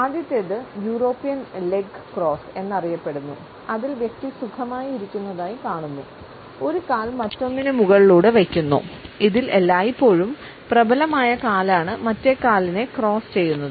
ആദ്യത്തേത് European leg cross എന്നറിയപ്പെടുന്നു അതിൽ വ്യക്തി സുഖമായി ഇരിക്കുന്നതായി കാണുന്നു ഒരു കാൽ മറ്റൊന്നിനു മുകളിലൂടെ വയ്ക്കുന്നു ഇതിൽ എല്ലായ്പ്പോഴും പ്രബലമായ കാലാണ് മറ്റേ കാലിനെ ക്രോസ് ചെയ്യുന്നത്